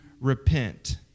repent